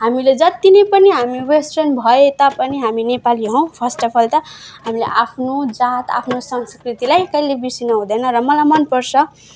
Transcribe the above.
हामीले जति नै पनि हामी वेस्टर्न भए तापनि हामी नेपाली हौँ फर्स्ट अफ अल त हामीले आफ्नो जात आफ्नो संस्कृतिलाई कहिले बिर्सिन हुँदैन र मलाई मनपर्छ